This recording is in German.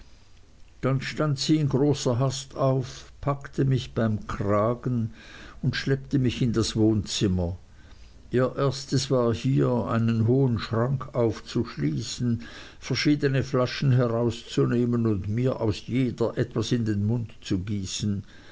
dann stand sie in großer hast auf packte mich beim kragen und schleppte mich in das wohnzimmer ihr erstes war hier einen hohen schrank aufzuschließen verschiedene flaschen herauszunehmen und mir aus jeder etwas in den mund zu gießen